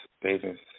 Davis